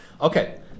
Okay